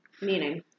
Meaning